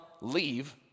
leave